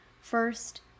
First